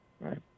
Right